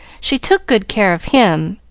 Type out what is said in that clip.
she took good care of him,